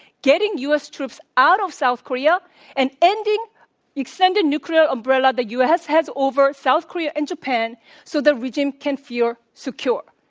getting u. s. troops out of south korea and ending extended nuclear umbrella the u. s. has over south korea and japan so the regime can feel secure.